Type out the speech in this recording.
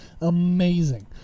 amazing